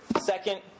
Second